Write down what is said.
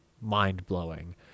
mind-blowing